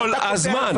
כל הזמן.